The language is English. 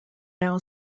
now